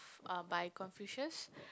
uh by Confucius